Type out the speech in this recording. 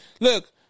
look